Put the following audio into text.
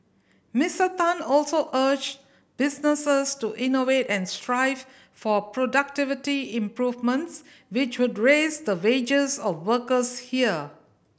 Mister Tan also urged businesses to innovate and strive for productivity improvements which would raise the wages of workers here